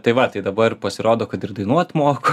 tai va tai dabar pasirodo kad ir dainuot moku